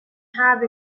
have